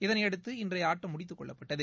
இதனையடுத்து இன்றைய ஆட்டம் முடித்துக் கொள்ளப்பட்டது